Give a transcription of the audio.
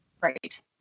Right